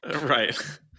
Right